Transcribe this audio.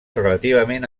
relativament